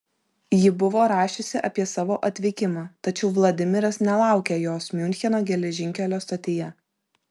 ji buvo rašiusi apie savo atvykimą tačiau vladimiras nelaukė jos miuncheno geležinkelio stotyje